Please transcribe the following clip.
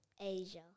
Asia